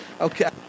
Okay